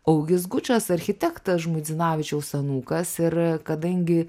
augis gučas architektas žmuidzinavičiaus anūkas ir kadangi